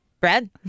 Brad